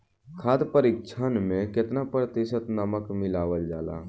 खाद्य परिक्षण में केतना प्रतिशत नमक मिलावल जाला?